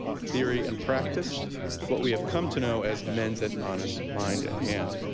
theory, and practice what we have come to know as men's et manus, mind and hand.